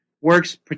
works